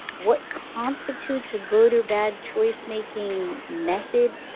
what constitutes a good or bad choice-making method.